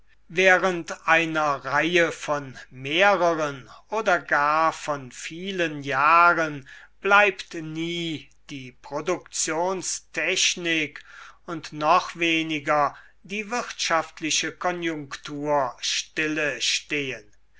während einer reihe von mehreren oder gar von vielen jahren bleibt nie die produktionstechnik und noch weniger die wirtschaftliche konjunktur stille stehen